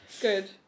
good